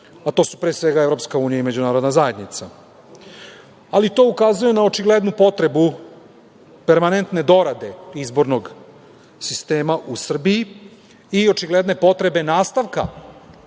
a to su pre svega EU i međunarodna zajednica. Ali, to ukazuje na očiglednu potrebu permanentne dorade izbornog sistema u Srbiji i očigledne potrebe nastavka